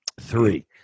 three